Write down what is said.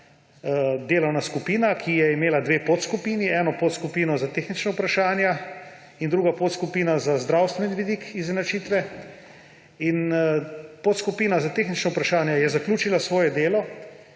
delovna skupina, ki je imela dve podskupini: eno podskupino za tehnična vprašanja in drugo podskupino za zdravstveni vidik izenačitve. Podskupina za tehnična vprašanja je zaključila svoje delo